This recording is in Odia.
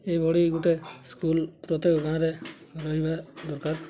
ଏଇଭଳି ଗୋଟେ ସ୍କୁଲ୍ ପ୍ରତ୍ୟେକ ଗାଁରେ ରହିବା ଦରକାର